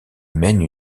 mènent